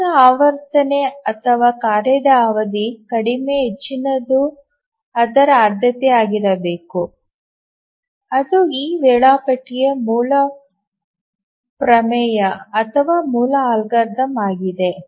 ಹೆಚ್ಚಿನ ಆವರ್ತನ ಅಥವಾ ಕಾರ್ಯದ ಅವಧಿ ಕಡಿಮೆ ಹೆಚ್ಚಿನದು ಅದರ ಆದ್ಯತೆಯಾಗಿರಬೇಕು ಅದು ಈ ವೇಳಾಪಟ್ಟಿಯ ಮೂಲ ಪ್ರಮೇಯ ಅಥವಾ ಮೂಲ ಅಲ್ಗಾರಿದಮ್ ಆಗಿದೆ